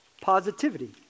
positivity